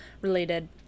related